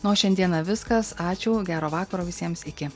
na o šiandieną viskas ačiū gero vakaro visiems iki